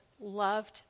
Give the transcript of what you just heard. loved